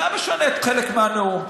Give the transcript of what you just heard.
זה היה משנה חלק מהנאום.